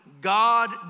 God